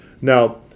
now